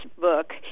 book